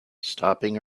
stopping